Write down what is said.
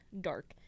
dark